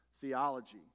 theology